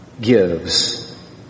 gives